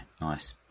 Nice